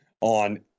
on